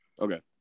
Okay